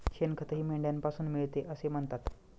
शेणखतही मेंढ्यांपासून मिळते असे म्हणतात